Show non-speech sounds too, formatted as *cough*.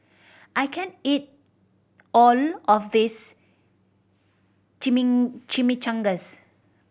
I can't eat all of this *unintelligible* Chimichangas